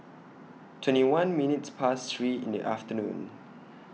twenty one minutes Past three in The afternoon